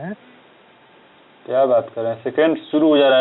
Australia में तीस प्रतिशत के स्टैंडर्ड रेट से कॉरपोरेट टैक्स देबे के पड़ेला